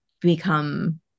become